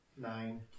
Nine